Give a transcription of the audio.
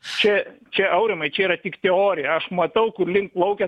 čia čia aurimai čia yra tik teorija aš matau kur link plaukia